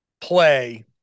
play